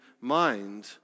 mind